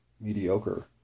mediocre